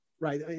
right